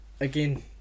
again